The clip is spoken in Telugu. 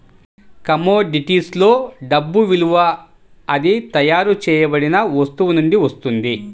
కమోడిటీస్లో డబ్బు విలువ అది తయారు చేయబడిన వస్తువు నుండి వస్తుంది